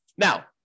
Now